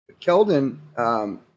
Keldon